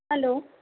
hello